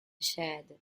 shed